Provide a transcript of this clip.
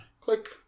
Click